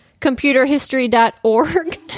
Computerhistory.org